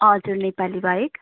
हजुर नेपालीबाहेक